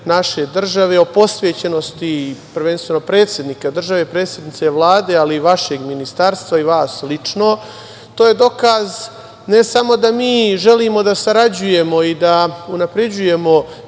naše države o posvećenosti, prvenstveno predsednika države i predsednice Vlade, ali i vašeg ministarstva i vas lično. To je dokaz ne samo da mi želimo da sarađujemo i unapređujemo